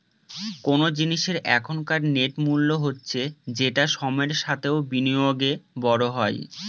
কোন জিনিসের এখনকার নেট মূল্য হচ্ছে যেটা সময়ের সাথে ও বিনিয়োগে বড়ো হয়